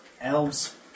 elves